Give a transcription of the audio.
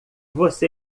você